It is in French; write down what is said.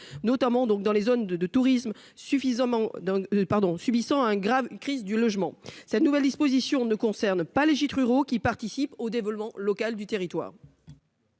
suffisamment donc pardon subissant un grave crise du logement, cette nouvelle disposition ne concerne pas les gîtes ruraux qui participent au développement local du territoire.